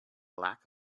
lack